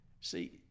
See